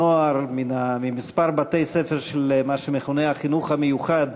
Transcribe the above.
הנוער, מכמה בתי-ספר של מה שמכונה החינוך המיוחד,